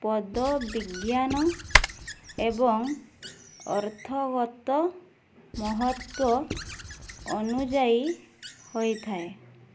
ପଦବିଜ୍ଞାନ ଏବଂ ଅର୍ଥଗତ ମହତ୍ତ୍ୱ ଅନୁଯାୟୀ ହୋଇଥାଏ